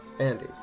Andy